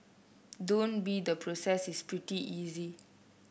don't be the process is pretty easy